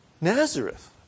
Nazareth